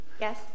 Yes